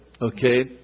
Okay